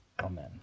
Amen